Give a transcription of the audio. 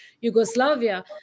Yugoslavia